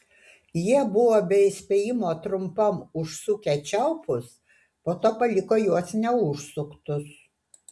jie buvo be įspėjimo trumpam užsukę čiaupus po to paliko juos neužsuktus